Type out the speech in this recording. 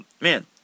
Man